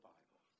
Bible